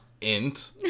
Int